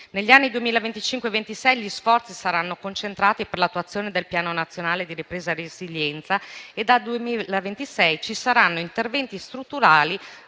Negli anni 2025-2026 gli sforzi saranno concentrati per l'attuazione del Piano nazionale di ripresa e resilienza e dal 2026 ci saranno interventi strutturali